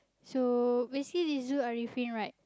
so basically this Zul-Ariffin right